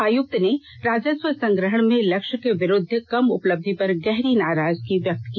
आयुक्त ने राजस्व संग्रहण में लक्ष्य के विरूद्व कम उपलब्धि पर गहरी नाराजगी व्यक्त की